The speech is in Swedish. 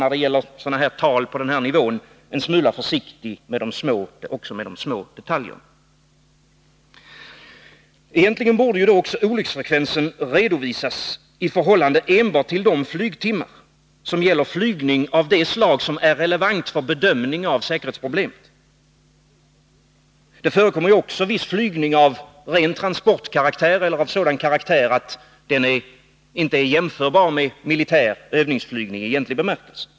När det gäller tal på dessa nivåer får man vara försiktig också med de små detaljerna. Egentligen borde olycksfallsfrekvensen vidare redovisas i förhållande enbart till de flygtimmar som gäller flygning av det slag som är relevant för bedömning av säkerhetsproblemen. Det förekommer också flygning av ren transportkaraktär eller av sådan karaktär att den inte är jämförbar med militär övningsflygning i egentlig bemärkelse.